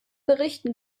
berichten